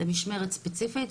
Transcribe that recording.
למשמרת ספציפית,